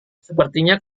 sepertinya